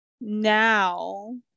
Now